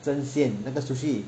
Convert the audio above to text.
真鲜那个 sushi